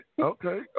Okay